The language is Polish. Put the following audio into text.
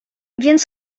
więc